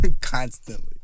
constantly